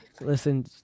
Listen